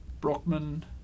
Brockman